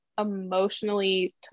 emotionally